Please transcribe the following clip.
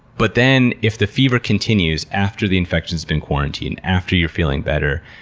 but then if the fever continues after the infection has been quarantined, after you're feeling better,